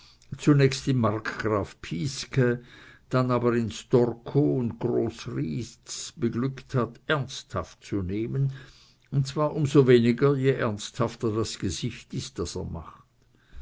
zunächst in markgraf pieske dann aber in storkow und groß rietz beglückt hat ernsthaft zu nehmen und zwar um so weniger je ernsthafter das gesicht ist das er macht